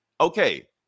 okay